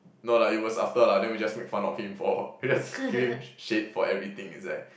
no lah it was after lah then we just make fun of him for just give him shade for everything it's like